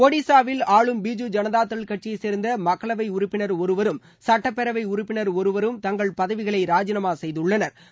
ஒடிசாவில் ஆளும் பிஜூ ஜனதாதள கட்சியை சேர்ந்த மக்களவை உறுப்பினர் ஒருவரும் சட்டப்பேரவை உறுப்பினா் ஒருவரும் தங்கள் பதவிகளை ராஜினாமா செய்துள்ளனா்